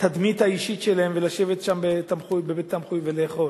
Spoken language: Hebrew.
התדמית האישית שלהם, ולשבת שם בבית-תמחוי ולאכול.